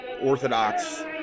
Orthodox